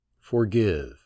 Forgive